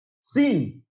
Sin